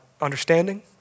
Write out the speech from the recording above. understanding